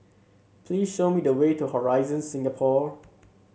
please show me the way to Horizon Singapore